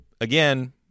again